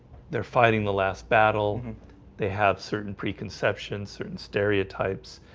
they're fighting the last battle they have certain preconceptions certain stereotypes,